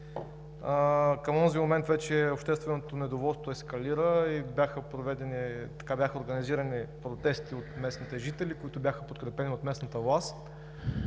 Към онзи момент общественото недоволство ескалира и бяха организирани протести от местните жители, които бяха подкрепени от местната власт.